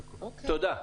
תודה.